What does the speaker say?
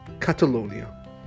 Catalonia